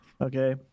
Okay